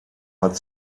hat